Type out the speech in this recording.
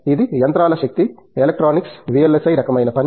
ఇది యంత్రాల శక్తి ఎలక్ట్రానిక్స్ VLSI రకమైన పని